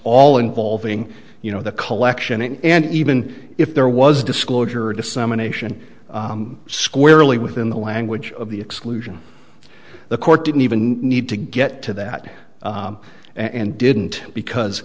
all involving you know the collection and even if there was disclosure dissemination squarely within the language of the exclusion the court didn't even need to get to that and didn't because